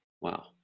Wow